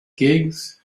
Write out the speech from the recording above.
gigs